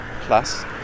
Plus